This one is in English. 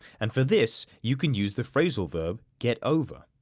and for this you can use the phrasal verb get over.